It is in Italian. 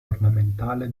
ornamentale